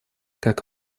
как